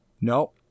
No